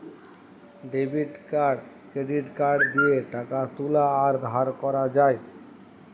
debit card credit card দিয়ে টাকা তুলা আর ধার করা যায়